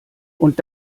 und